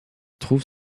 trouve